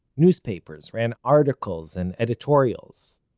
newspapers ran articles and editorials.